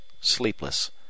sleepless